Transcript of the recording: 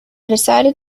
decided